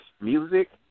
music